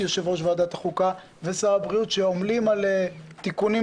יושב-ראש ועדת החוקה ושר הבריאות שעומלים על תיקונים.